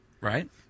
right